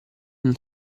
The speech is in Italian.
non